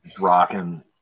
rocking